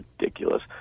ridiculous